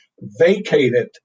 vacated